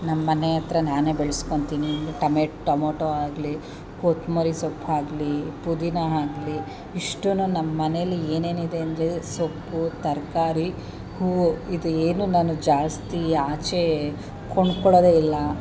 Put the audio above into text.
ನಮ್ಮ ಮನೆ ಹತ್ರ ನಾನೇ ಬೆಳೆಸ್ಕೊತೀನಿ ಟಮೇಟ್ ಟಮೋಟೋ ಆಗಲೀ ಕೊತ್ತಂಬ್ರಿ ಸೊಪ್ಪಾಗ್ಲೀ ಪುದೀನಾ ಆಗ್ಲೀ ಇಷ್ಟುನೂ ನಮ್ಮ ಮನೇಲಿ ಏನೇನಿದೆ ಅಂದರೆ ಸೊಪ್ಪು ತರಕಾರಿ ಹೂವು ಇದು ಏನು ನಾನು ಜಾಸ್ತಿ ಆಚೆ ಕೊಂಡುಕೊಳ್ಳೊದೇ ಇಲ್ಲ